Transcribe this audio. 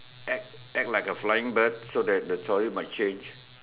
act act like a flying bird so that the story might change